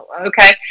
okay